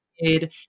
made